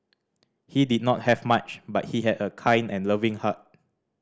he did not have much but he had a kind and loving heart